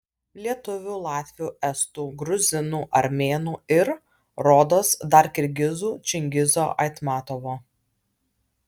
lietuvių latvių estų gruzinų armėnų ir rodos dar kirgizų čingizo aitmatovo